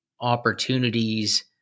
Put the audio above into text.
opportunities